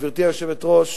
גברתי היושבת-ראש,